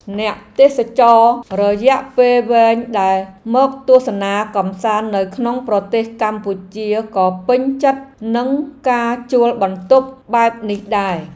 អ្នកទេសចររយៈពេលវែងដែលមកទស្សនាកម្សាន្តនៅក្នុងប្រទេសកម្ពុជាក៏ពេញចិត្តនឹងការជួលបន្ទប់បែបនេះដែរ។